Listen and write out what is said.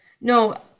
no